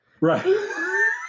Right